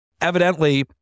evidently